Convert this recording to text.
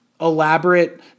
elaborate